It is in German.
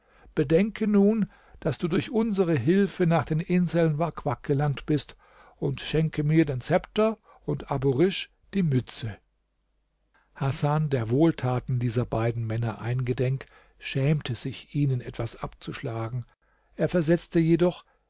bedenke nun daß du durch unsere hilfe nach den inseln wak wak gelangt bist und schenke mir den zepter und abu risch die mütze hasan der wohltaten dieser beiden männer eingedenk schämte sich ihnen etwas abzuschlagen er versetzte jedoch